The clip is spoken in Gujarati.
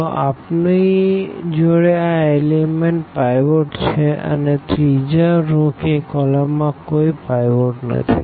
તો આપણી જોડે આ એલિમેન્ટ પાઈવોટ છે અને ત્રીજા રો કે કોલમ માં કોઈ પાઈવોટ નથી